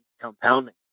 compounding